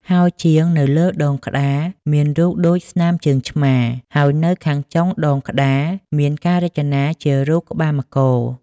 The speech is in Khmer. ហោជាង នៅលើដងក្តារមានរូបដូចស្នាមជើងឆ្មា ហើយនៅខាងចុងដងក្តារ មានការរចនាជារូបក្បាលមករ ។